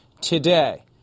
today